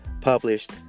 published